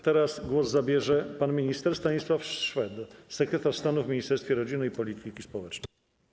Teraz głos zabierze pan minister Stanisław Szwed, sekretarz stanu w Ministerstwie Rodziny i Polityki Społecznej.